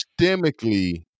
systemically